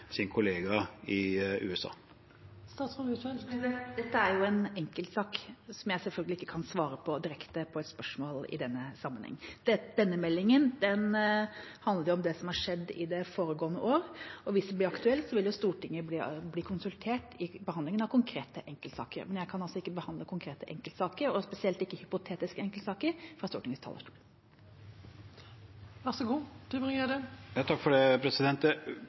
sin kollega i USA? Dette er jo en enkeltsak som jeg selvfølgelig ikke kan svare på direkte på et spørsmål i denne sammenheng. Denne meldingen handler om det som har skjedd i det foregående år. Hvis det blir aktuelt, vil Stortinget bli konsultert i behandlingen av konkrete enkeltsaker, men jeg kan altså ikke behandle konkrete enkeltsaker, og spesielt ikke hypotetiske enkeltsaker, fra Stortingets talerstol. Sett bort fra F-35 er prinsippet jeg tok opp i mitt innlegg, at Norge er underleverandør til